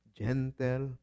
gentle